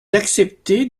acceptez